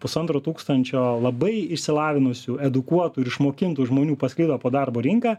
pusantro tūkstančio labai išsilavinusių edukuotų ir išmokintų žmonių pasklido po darbo rinką